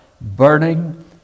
burning